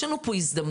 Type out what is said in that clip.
יש לנו פה הזדמנות,